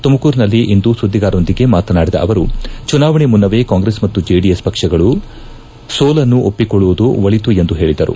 ತುಮಕೂರಿನಲ್ಲಿಂದು ಸುದ್ಗಿಗಾರರೊಂದಿಗೆ ಮಾತನಾಡಿದ ಅವರು ಚುನಾವಣೆ ಮುನ್ನವೇ ಕಾಂಗ್ರೆಸ್ ಮತ್ತು ಜೆಡಿಎಸ್ ಪಕ್ಷಗಳು ಸೋಲನ್ನು ಒಪ್ಪಿಕೊಳ್ಳುವುದು ಒಳತು ಎಂದು ಹೇಳಿದರು